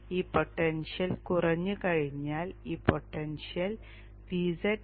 ഈ പൊട്ടൻഷ്യൽ കുറഞ്ഞു കഴിഞ്ഞാൽ ഈ പൊട്ടൻഷ്യൽ Vz 0